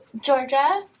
Georgia